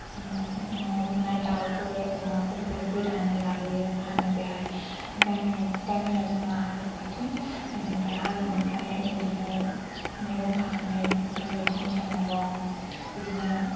न'आव मोननाय दाउफोर अमाफोरखौ गोदानानै लाबोयो फानो बेहाय गामि गामिया जोंहा हाग्रा खाथि बेनिफ्राय हाग्रानिफ्राय बिदिनो मैगं खानानै बे दिंखिया मैगं बिदिनो